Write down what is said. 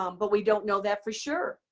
um but we don't know that for sure.